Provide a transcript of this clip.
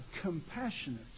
compassionate